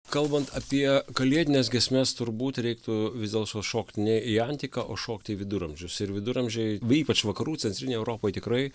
kalbant apie kalėdines giesmes turbūt reiktų vis dėlto šokti ne į antiką o šokti į viduramžius ir viduramžiai ypač vakarų centrinėj europoj tikrai